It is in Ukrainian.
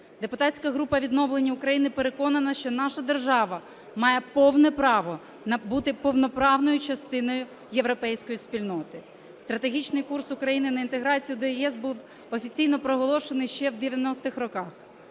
Депутатська група "Відновлення України" переконана, що наша держава має повне право бути повноправною частиною європейської спільноти. Стратегічний курс України на інтеграцію до ЄС був офіційно проголошений ще в 90-х роках.